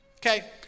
Okay